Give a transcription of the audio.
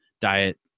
diet